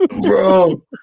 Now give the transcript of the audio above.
bro